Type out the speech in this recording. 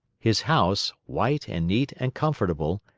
his house, white and neat and comfortable,